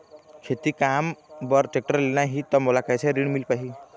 खेती काम बर टेक्टर लेना ही त मोला कैसे ऋण मिल पाही?